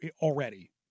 already –